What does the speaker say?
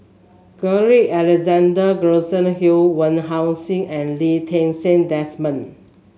Carl Alexander Gibson Hill Wong Heck Sing and Lee Ti Seng Desmond